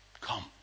Come